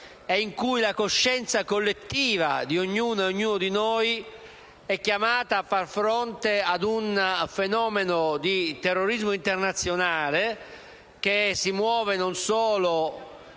inusuali. La coscienza collettiva e quella di ognuno di noi è chiamata a far fronte ad un fenomeno di terrorismo internazionale che non si muove solo